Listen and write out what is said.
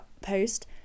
post